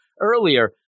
Earlier